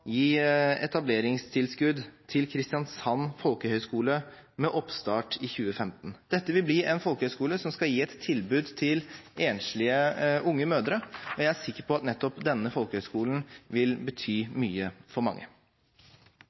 gi etableringstilskudd til Kristiansand folkehøgskole med oppstart i 2015. Dette vil bli en folkehøyskole som skal gi et tilbud til enslige unge mødre, og jeg er sikker på at nettopp denne folkehøyskolen vil bety mye for mange.